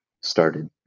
started